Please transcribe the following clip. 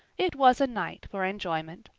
it was a night for enjoyment.